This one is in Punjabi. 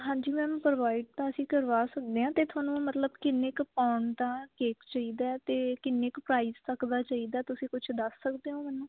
ਹਾਂਜੀ ਮੈਮ ਪ੍ਰੋਵਾਈਡ ਤਾਂ ਅਸੀਂ ਕਰਵਾ ਸਕਦੇ ਹਾਂ ਅਤੇ ਤੁਹਾਨੂੰ ਮਤਲਬ ਕਿੰਨੀ ਕੁ ਪੋਂਡ ਦਾ ਕੇਕ ਚਾਹੀਦਾ ਅਤੇ ਕਿੰਨੇ ਕੁ ਪ੍ਰਾਈਜ ਤੱਕ ਦਾ ਚਾਹੀਦਾ ਤੁਸੀਂ ਕੁਛ ਦੱਸ ਸਕਦੋ ਹੋ ਮੈਨੂੰ